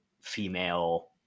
female